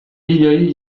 bioi